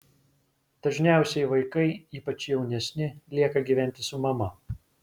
dažniausiai vaikai ypač jaunesni lieka gyventi su mama